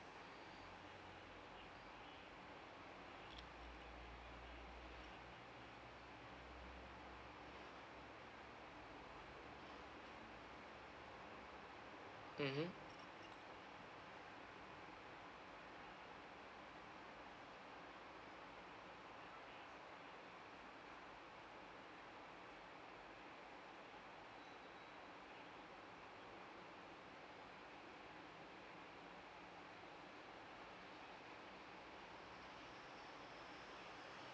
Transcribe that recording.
mmhmm